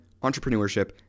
entrepreneurship